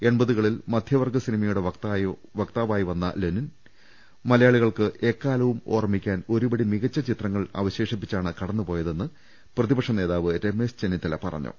എൺപതുകളിൽ മധ്യവർഗ സിനിമയുടെ വക്താ വായി വന്ന ലെനിൽ രാജേന്ദ്രൻ മലയാളികൾക്ക് എക്കാലവും ഓർമി ക്കാൻ ഒരു പിടി മികച്ച ചിത്രങ്ങൾ അവശേഷിപ്പിച്ചാണ് കടന്നു പോയ തെന്ന് പ്രതിപക്ഷ നേതാവ് രമേശ് ചെന്നിത്തല പറഞ്ഞു